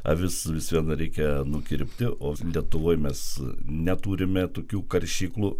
avis vis vien reikia nukirpti o lietuvoj mes neturime tokių karšyklų